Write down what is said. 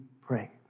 pray